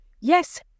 Yes